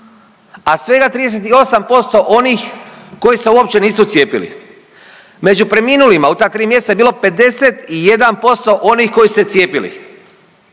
a svega 38% onih koji se uopće nisu cijepili. Među preminulima u ta 3 mjeseca je bilo 51% onih koji su se cijepili,